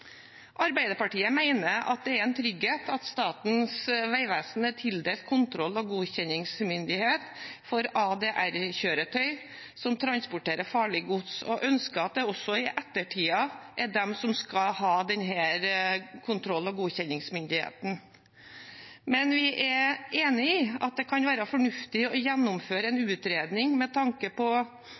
Arbeiderpartiet mener at det er en trygghet at Statens vegvesen er tildelt kontroll- og godkjenningsmyndighet for ADR-kjøretøy som transporterer farlig gods, og ønsker at det også framover er de som skal ha denne kontroll- og godkjenningsmyndigheten. Men vi er enig i at det kan være fornuftig å gjennomføre en utredning med tanke på